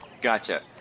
Gotcha